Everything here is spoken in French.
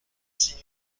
six